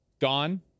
gone